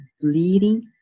bleeding